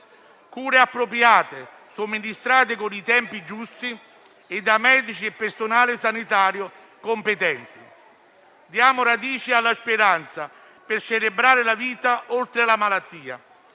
cure appropriate, somministrate con i tempi giusti e da medici e personale sanitario competenti. Diamo radici alla speranza: per celebrare la vita oltre la malattia,